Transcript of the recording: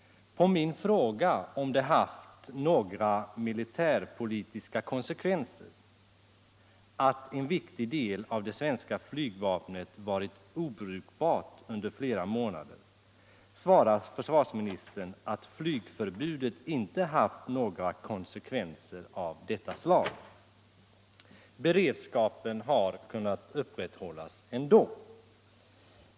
På min fråga om det haft några militärpolitiska konsekvenser att en viktig del av det svenska flygvapnet varit obrukbar under flera månader svarar försvarsministern, att flygförbudet inte haft några konsekvenser av detta slag. Beredskapen har kunnat upprätthållas ändå.